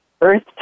earth